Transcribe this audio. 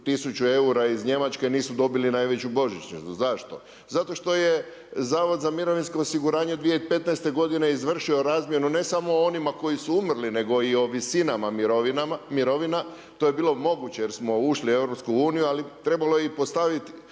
a 1000 eura iz Njemačke, nisu dobili najveću božićnicu. Zašto? Zato što je Zavod za mirovinsko osiguranje 2015. godine izvršio razmjenu ne samo onima koji su umrli nego i o visinama mirovina. To je bilo moguće, jer smo ušli u EU, ali trebalo je i uspostavit